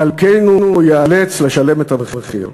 מלכנו ייאלץ לשלם את המחיר.